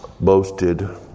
boasted